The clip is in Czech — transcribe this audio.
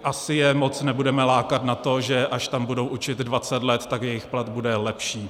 Asi je moc nebudeme lákat na to, že až tam budou učit dvacet let, tak jejich plat bude lepší.